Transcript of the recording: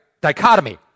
dichotomy